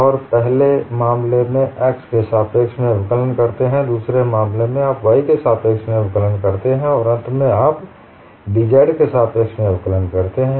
और आप पहले मामले में x के सापेक्ष में अवकलन करते हैं दूसरे मामले में आप y के सापेक्ष में अवकलन करते हैं और अंत में आप d z के सापेक्ष में अवकलन करते हैं